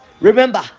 remember